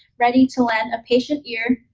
ready to land a patient ear,